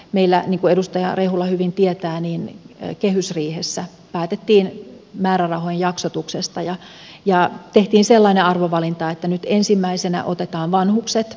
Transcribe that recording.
meillä niin kuin edustaja rehula hyvin tietää kehysriihessä päätettiin määrärahojen jaksotuksesta ja tehtiin sellainen arvovalinta että nyt ensimmäisenä otetaan vanhukset